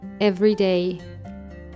everyday